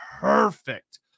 perfect